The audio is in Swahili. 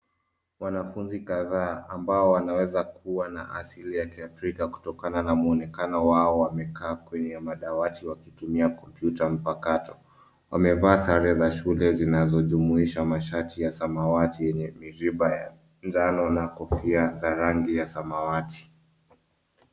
Wanafunzi kadhaa ambao wanaweza kuwa na asili ya kiafrika kutokana mwonekano wao wamekaa kwenye madawati wakitumia kompyuta mpakato wamevaa sare za shule zinazojumuisha mashati ya samawati yenye miraba ya njano na kofia za rangi ya samawati.